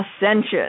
Ascension